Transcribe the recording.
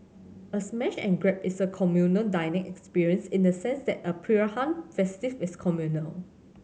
a smash and grab is a communal dining experience in the sense that a feast is communal